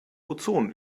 ozon